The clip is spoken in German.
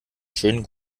schönen